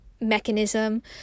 mechanism